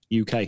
UK